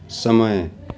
समय